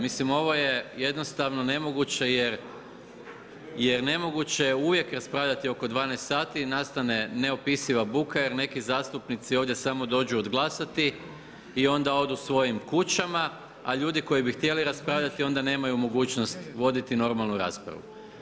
Mislim ovo je jednostavno nemoguće jer nemoguće je uvijek raspravljati oko 12h, nastane neopisiva buka jer neki zastupnici ovdje dođu samo odglasati i onda odu svojim kućama a ljudi koji bi htjeli raspravljati onda nemaju mogućnost voditi normalnu raspravu.